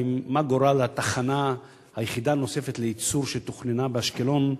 מה גורל התחנה היחידה הנוספת לייצור מפחם שתוכננה באשקלון?